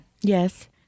Yes